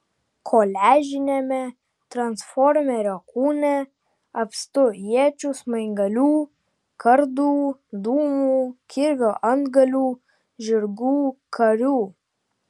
koliažiniame transformerio kūne apstu iečių smaigalių kardų dūmų kirvio antgalių žirgų karių